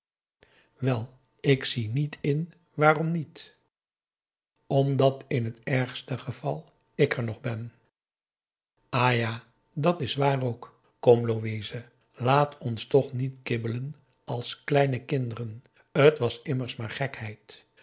wel ik zie niet in waarom niet omdat in het ergste geval ik er nog ben ah ja dat is waar ook kom louise laat ons toch niet kibbelen als kleine kinderen t was immers maar gekheid